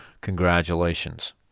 Congratulations